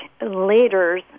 leaders